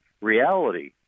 reality